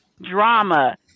drama